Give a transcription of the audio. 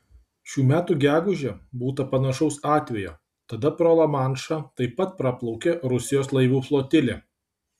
šių metų gegužę būta panašaus atvejo tada pro lamanšą taip pat praplaukė rusijos laivų flotilė